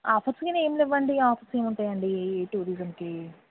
offers కాని ఏమి లేవు అండి ఆఫర్స్ ఏమి ఉంటాయి అండి ఈ టూరిజంకి